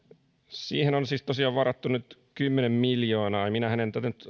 siihen on siis tosiaan varattu nyt kymmenen miljoonaa minähän en